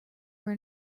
were